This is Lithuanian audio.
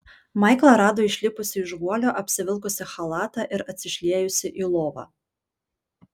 maiklą rado išlipusį iš guolio apsivilkusį chalatą ir atsišliejusį į lovą